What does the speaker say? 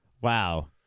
wow